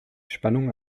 spannung